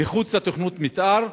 מחוץ לתוכנית מיתאר,